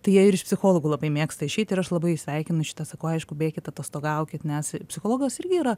tai jie ir iš psichologų labai mėgsta išeit ir aš labai sveikinu šitą sakau aišku bėkit atostogaukit nes psichologas irgi yra